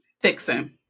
Fixing